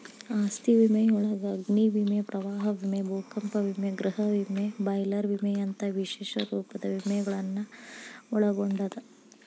ಆಸ್ತಿ ವಿಮೆಯೊಳಗ ಅಗ್ನಿ ವಿಮೆ ಪ್ರವಾಹ ವಿಮೆ ಭೂಕಂಪ ವಿಮೆ ಗೃಹ ವಿಮೆ ಬಾಯ್ಲರ್ ವಿಮೆಯಂತ ವಿಶೇಷ ರೂಪದ ವಿಮೆಗಳನ್ನ ಒಳಗೊಂಡದ